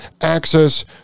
access